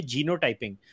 Genotyping